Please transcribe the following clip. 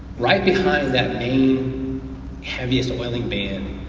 right behind that main heaviest oiling band,